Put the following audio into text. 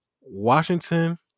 Washington